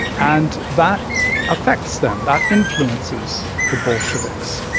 and that affects them, that influences the bolsheviks.